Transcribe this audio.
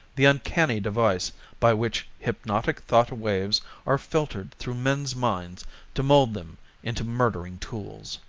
the uncanny device by which hypnotic thought waves are filtered through men's minds to mold them into murdering tools.